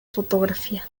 fotografía